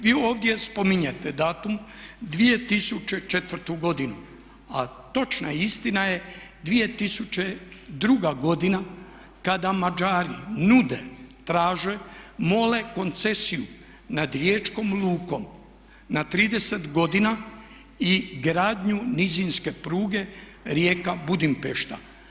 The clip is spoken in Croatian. Vi ovdje spominjete datum 2004. godinu a točna istina je 2002. godina kada Mađari nude, traže, mole koncesiju nad riječkom lukom na 30 godina i gradnju nizinske pruge Rijeka – Budimpešta.